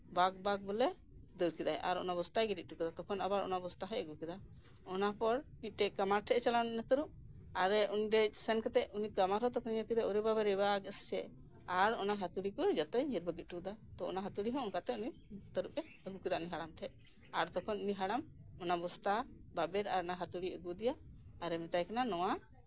ᱵᱟᱜᱷ ᱵᱟᱜᱷ ᱵᱚᱞᱮ ᱫᱟᱹᱲ ᱠᱮᱫᱟᱭ ᱟᱨ ᱚᱱᱟ ᱵᱚᱥᱛᱟᱭ ᱜᱤᱰᱤ ᱦᱚᱴᱚ ᱠᱟᱫᱟ ᱛᱚᱠᱷᱚᱱ ᱟᱵᱟᱨ ᱚᱱᱟ ᱵᱚᱥᱛᱟ ᱦᱚᱸᱭ ᱟᱹᱜᱩ ᱠᱮᱫᱟ ᱚᱱᱟᱯᱚᱨ ᱢᱤᱫᱴᱮᱱ ᱠᱟᱢᱟᱨ ᱴᱷᱮᱱᱮ ᱪᱟᱞᱟᱣ ᱱᱟ ᱛᱟᱹᱨᱩᱵᱽ ᱟᱨ ᱚᱸᱰᱮ ᱥᱮᱱ ᱠᱟᱛᱮᱫ ᱩᱱᱤ ᱠᱟᱢᱟᱨ ᱦᱚᱸ ᱛᱚᱠᱷᱚᱱᱮ ᱧᱮᱞ ᱠᱮᱫᱮᱭᱟ ᱳᱨᱮ ᱵᱟᱵᱟᱨᱮ ᱵᱟᱜᱷ ᱮᱥᱮᱪᱷᱮ ᱟᱨ ᱚᱱᱟ ᱦᱟᱹᱛᱩᱲᱤ ᱠᱚ ᱡᱚᱛᱚᱭ ᱧᱤᱨ ᱵᱟᱹᱜᱤ ᱦᱚᱴᱚ ᱟᱫᱟ ᱚᱱᱟ ᱦᱟᱹᱛᱩᱲᱤ ᱦᱚᱸ ᱚᱱᱠᱟᱛᱮ ᱩᱱᱤ ᱛᱟᱹᱨᱩᱵᱽ ᱮ ᱟᱜᱩ ᱠᱮᱫᱟ ᱩᱱᱤ ᱦᱟᱲᱟᱢ ᱴᱷᱮᱱ ᱟᱨ ᱛᱚᱠᱷᱚᱡ ᱩᱱᱤ ᱦᱟᱲᱟᱢ ᱚᱱᱟ ᱵᱚᱥᱛᱟ ᱵᱟᱵᱮᱨ ᱟᱨ ᱚᱱᱟ ᱦᱟᱹᱛᱩᱲᱤᱭ ᱟᱹᱜᱩ ᱟᱫᱮᱭᱟ ᱟᱨᱮ ᱢᱮᱛᱟᱭ ᱠᱟᱱᱟ ᱱᱚᱣᱟ